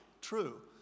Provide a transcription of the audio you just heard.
True